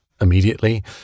immediately